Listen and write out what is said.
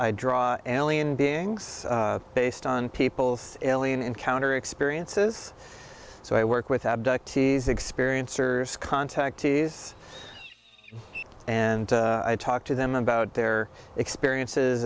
i draw ilian beings based on people's alien encounter experiences so i work with abductees experiencers contactees and i talk to them about their experiences